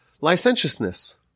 licentiousness